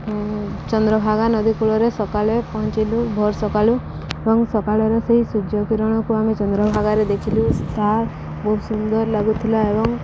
ଚନ୍ଦ୍ରଭାଗା ନଦୀ କୂଳରେ ସକାଳେ ପହଞ୍ଚିଲୁ ଭୋର ସକାଳୁ ଏବଂ ସକାଳର ସେଇ ସୂର୍ଯ୍ୟ କିିରଣକୁ ଆମେ ଚନ୍ଦ୍ରଭାଗାରେ ଦେଖିଲୁ ବହୁତ ସୁନ୍ଦର ଲାଗୁଥିଲା ଏବଂ